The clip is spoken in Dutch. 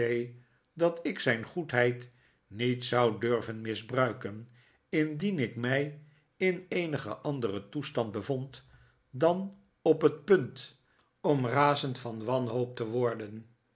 dat ik zijn goedheid niet zou durven misbruiken indien ik mij in eenigen anderen toestand bevond dan op het punt om razend van wanhoop te worden